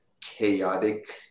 chaotic